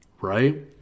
right